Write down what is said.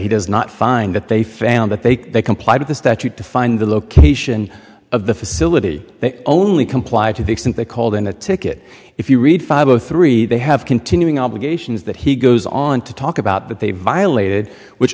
he does not find that they found that they complied with the statute to find the location of the facility they only complied to the extent they called in the ticket if you read five o three they have continuing obligations that he goes on to talk about that they violated which